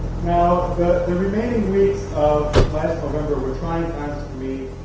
now, the the remaining weeks of last november, were trying times for me,